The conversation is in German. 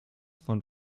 von